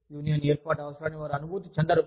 union ఏర్పాటు అవసరాన్ని వారు అనుభూతి చెందరు